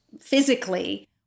physically